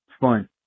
fun